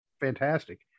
fantastic